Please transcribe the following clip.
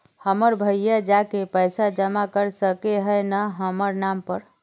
हमर भैया जाके पैसा जमा कर सके है न हमर नाम पर?